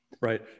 Right